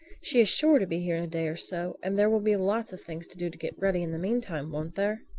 she is sure to be here in a day or so and there will be lots of things to do to get ready in the mean time, won't there?